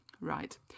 right